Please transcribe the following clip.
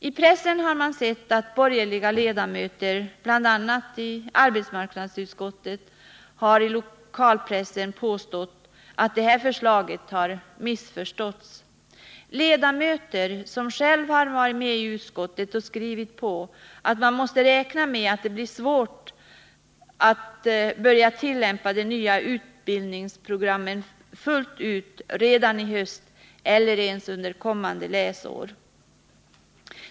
I lokalpressen har det påståtts — bl.a. från borgerliga ledamöter i arbetsmarknadsutskottet — att regeringens förslag har missförståtts. Det säger alltså ledamöter som själva i utskottet har skrivit under på att vi måste räkna med att det blir svårt att tillämpa de nya utbildningsprogrammen fullt ut redan i höst eller ens under kommande läsår.